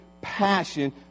passion